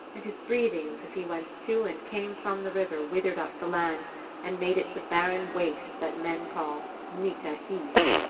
and his breathings as he went to and came from the river withered up the land and made it the barren waste that men called gnita heath.